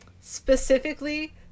Specifically